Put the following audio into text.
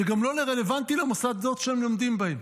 זה גם לא רלוונטי למוסדות שהם לומדים בהם.